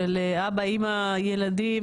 אבא אמא וילדים